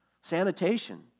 Sanitation